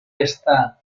está